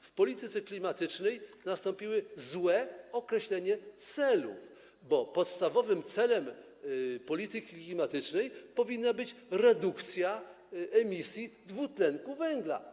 W polityce klimatycznej nastąpiło złe określenie celów, bo podstawowym celem polityki klimatycznej powinna być redukcja emisji dwutlenku węgla.